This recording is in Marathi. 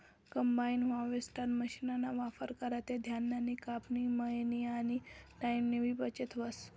कंबाइन हार्वेस्टर मशीनना वापर करा ते धान्यनी कापनी, मयनी आनी टाईमनीबी बचत व्हस